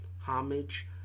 homage